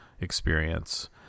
experience